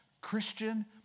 Christian